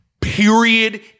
period